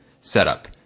setup